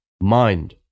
mind